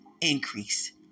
increase